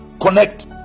Connect